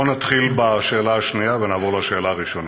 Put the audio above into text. בוא נתחיל בשאלה השנייה, ונעבור לשאלה הראשונה.